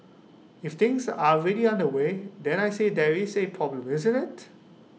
if things are already underway then I say there is A problem isn't IT